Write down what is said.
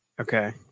Okay